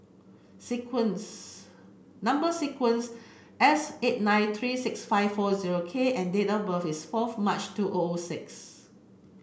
sequence number sequence S eight nine three six five four zero K and date of birth is fourth March two O O six